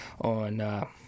on